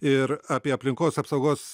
ir apie aplinkos apsaugos